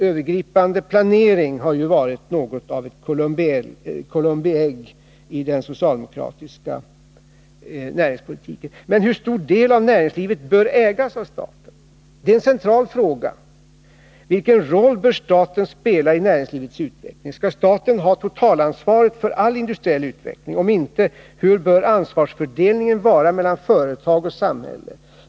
Övergripande planering har ju varit något av ett Columbiägg i den socialdemokratiska näringspolitiken. Men hur stor del av näringslivet bör ägas av staten? Det är en central fråga. Vilken roll bör staten spela i näringslivets utveckling? Skall staten ha totalansvaret för all industriell utveckling? Om inte, hur bör ansvarsfördelningen vara mellan företag och samhälle?